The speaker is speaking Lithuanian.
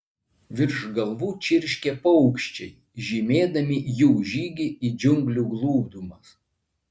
virš galvų čirškė paukščiai žymėdami jų žygį į džiunglių glūdumas